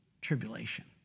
tribulation